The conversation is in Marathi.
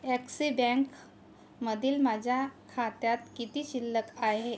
ॲक्सि बँक मधील माझ्या खात्यात किती शिल्लक आहे